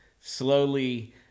slowly